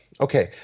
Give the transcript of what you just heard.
okay